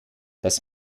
das